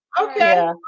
Okay